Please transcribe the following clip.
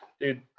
Dude